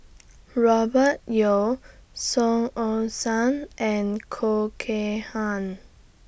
Robert Yeo Song Ong Siang and Khoo Kay Hian